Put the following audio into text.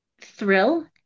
thrill